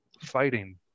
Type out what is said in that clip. fighting